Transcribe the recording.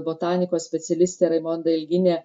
botanikos specialistė raimonda ilginė